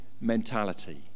mentality